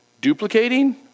duplicating